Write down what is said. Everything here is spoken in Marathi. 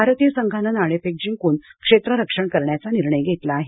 भारतीय संघानं नाणेफेक जिंकून क्षेत्ररक्षण करण्याचा निर्णय घेतला आहे